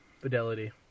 fidelity